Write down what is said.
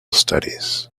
studies